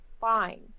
fine